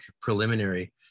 preliminary